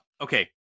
okay